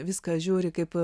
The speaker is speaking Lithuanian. viską žiūri kaip